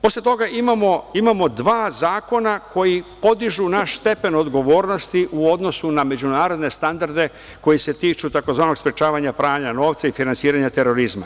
Posle toga imamo dva zakona koji podižu naš stepen odgovornosti u odnosu na međunarodne standarde koji se tiču tzv. sprečavanja pranja novca i finansiranja terorizma.